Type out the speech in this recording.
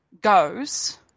goes